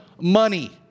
money